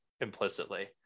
implicitly